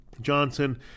Johnson